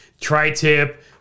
tri-tip